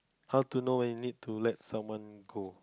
how to know when you need to let someone go